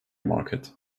market